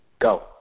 go